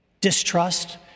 distrust